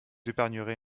épargnerai